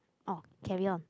orh carry on